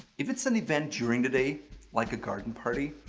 if it's an event during the day like a garden party,